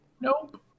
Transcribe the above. nope